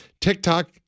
TikTok